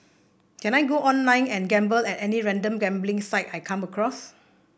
can I go online and gamble at any random gambling site I come across